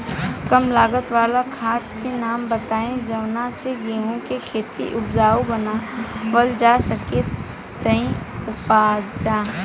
कम लागत वाला खाद के नाम बताई जवना से गेहूं के खेती उपजाऊ बनावल जा सके ती उपजा?